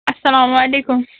اَسلام علیکُم